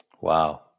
Wow